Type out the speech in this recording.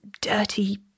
dirty